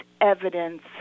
evidence